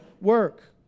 work